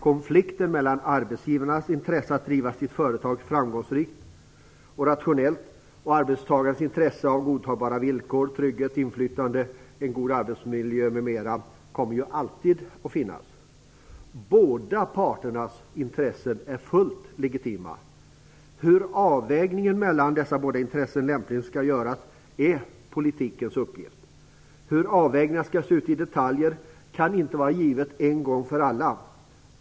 Konflikten mellan arbetsgivarens intresse att driva sitt företag framgångsrikt och rationellt och arbetstagarens intresse av godtagbara villkor, trygghet, inflytande, en god arbetsmiljö m.m. kommer alltid att finnas. Båda parternas intressen är fullt legitima. Hur avvägningen mellan dessa båda intressen lämpligen skall göras är politikens uppgift. Hur avvägningen skall se ut i detalj kan inte vara givet en gång för alla.